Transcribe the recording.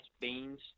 beans